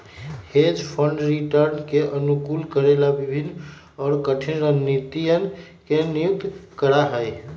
hedge fund return के अनुकूलित करे ला विभिन्न और कठिन रणनीतियन के नियुक्त करा हई